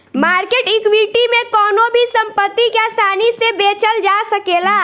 market equity में कवनो भी संपत्ति के आसानी से बेचल जा सकेला